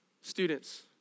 students